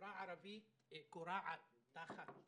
החברה הערבית כורעת תחת